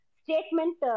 statement